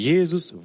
Jesus